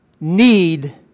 need